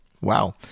Wow